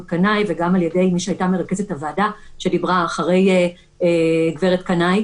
רות קנאי וגם על-ידי מי שהייתה מרכזת הוועדה שדיברה אחרי גברת קנאי.